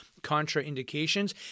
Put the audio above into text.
contraindications